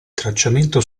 tracciamento